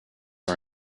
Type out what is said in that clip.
are